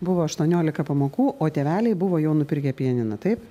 buvo aštuoniolika pamokų o tėveliai buvo jau nupirkę pianiną taip